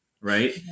right